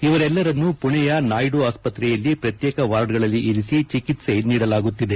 ಇವರೆಲ್ಲರನ್ನೂ ಪುಣೆಯ ನಾಯ್ನು ಆಸ್ಪತ್ರೆಯಲ್ಲಿ ಪ್ರತ್ಯೇಕ ವಾರ್ಡ್ಗಳಲ್ಲಿ ಇರಿಸಿ ಚಿಕಿತ್ಸೆ ನೀಡಲಾಗುತ್ತಿದೆ